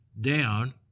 down